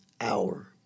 hour